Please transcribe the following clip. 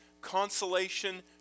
consolation